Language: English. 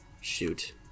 shoot